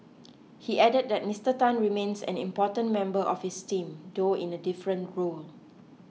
he added that Mister Tan remains an important member of his team though in a different role